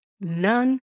none